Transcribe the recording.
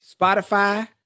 Spotify